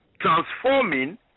transforming